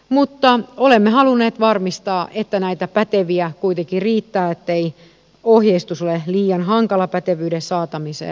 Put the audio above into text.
mutta olemme halunneet varmistaa että näitä päteviä kuitenkin riittää ettei ohjeistus ole liian hankala pätevyyden saamiseen